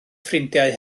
ffrindiau